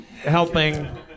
helping